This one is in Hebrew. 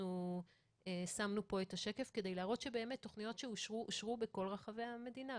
אנחנו שמנו פה את השקף כדי להראות שבאמת תכניות אושרו בכל רחבי המדינה,